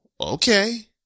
okay